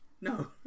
No